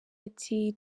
ati